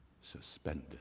suspended